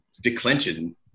declension